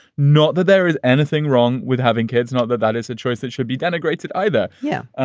not that there is anything wrong with having kids. not that that is a choice that should be denigrated either yeah,